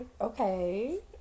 Okay